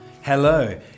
Hello